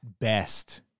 best